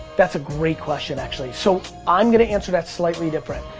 that's a great question actually. so, i'm gonna answer that slightly different.